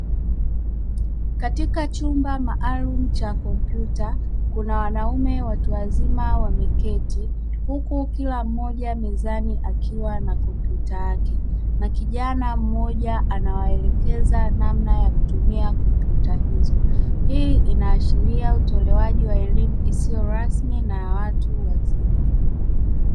Katika chumba maalumu cha kompyuta kuna wanaume watu wazima wameketi huku kila mmoja mezani akiwa na kompyuta yake na kijana mmoja anawaelekeza namna ya kutumia kompyuta hizo, hii ina ashiria utolewaji wa elimu isiyo rasmi na ya watu wazima.